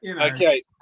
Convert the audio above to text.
Okay